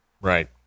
Right